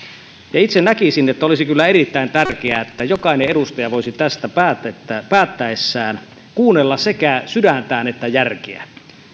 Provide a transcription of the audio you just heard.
itse näkisin että olisi kyllä erittäin tärkeää että jokainen edustaja voisi tästä päättäessään kuunnella sekä sydäntään että järkeä